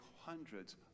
hundreds